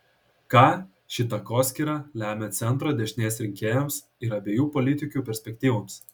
ką ši takoskyra lemia centro dešinės rinkėjams ir abiejų politikių perspektyvoms